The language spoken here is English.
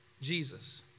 Jesus